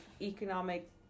economic